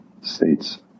states